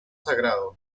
sagrado